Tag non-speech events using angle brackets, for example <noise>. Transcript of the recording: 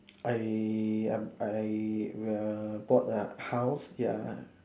<noise> I I'm I err bought a house ya